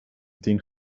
tien